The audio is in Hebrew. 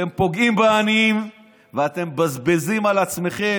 אתם פוגעים בעניים ואתם מבזבזים על עצמכם.